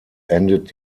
endet